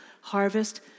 harvest